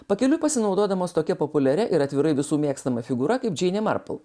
pakeliui pasinaudodamas tokia populiaria ir atvirai visų mėgstama figūra kaip džeinė marpl